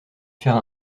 faire